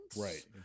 right